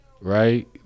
Right